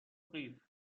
قیف